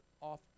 off